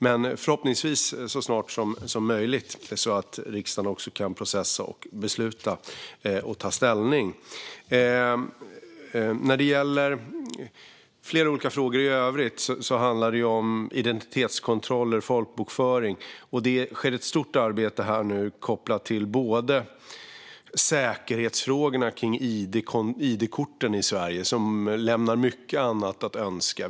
Men förhoppningsvis sker detta så snart som möjligt så att riksdagen också kan processa, besluta och ta ställning. I flera olika frågor i övrigt handlar det om identitetskontroller och folkbokföring. Det sker nu ett stort arbete kopplat till säkerhetsfrågorna kring id-korten i Sverige, som lämnar mycket att önska.